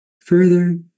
further